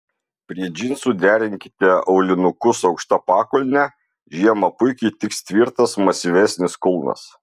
prie džinsų derinkite aulinukus aukšta pakulne žiemą puikiai tiks tvirtas masyvesnis kulnas